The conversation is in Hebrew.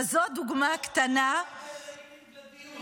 וזו דוגמה קטנה --- לא היה הרבה רייטינג לדיון.